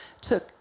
took